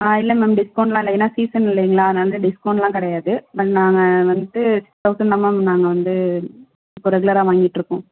ஆ இல்லை மேம் டிஸ்கவுண்ட்லாம் இல்லை ஏன்னா சீசன் இல்லைங்களா அதனால டிஸ்கவுண்ட்லாம் கிடையாது பட் நாங்கள் வந்து சிக்ஸ் தௌசண்ட் தான் மேம் நாங்கள் வந்து இப்போ ரெகுலராக வாங்கிட்டுயிருக்கோம்